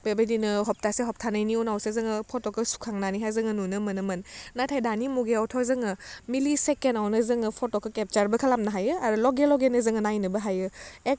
बेबायदिनो हप्तासे हप्तानैनि उनावसो जोङो फट'खौ सुखांनानैहाय जोङो नुनो मोनोमोन नाथाय दानि मुगायावथ' जोङो मिलि सेकेण्डआवनो जोङो फट'खौ केपचारबो खालामनो हायो आरो लगे लगेनो जोङो नायनोबो हायो एक